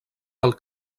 del